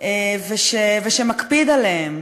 ושמקפיד עליהם,